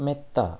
മെത്ത